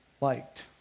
liked